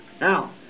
Now